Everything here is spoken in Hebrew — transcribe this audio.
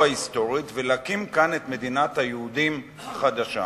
ההיסטורית ולהקים כאן את מדינת היהודים החדשה.